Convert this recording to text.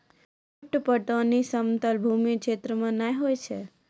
lift पटौनी समतल भूमी क्षेत्र मे नै होय छै